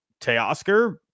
Teoscar